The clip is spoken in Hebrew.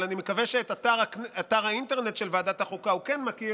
אבל אני מקווה שאת אתר האינטרנט של ועדת החוקה הוא כן מכיר,